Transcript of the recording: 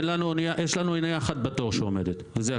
יש לנו אנייה אחת שעומדת בתור.